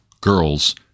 girls